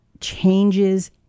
changes